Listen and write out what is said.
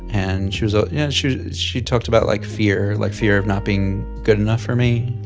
and she was ah yeah she she talked about, like, fear, like fear of not being good enough for me.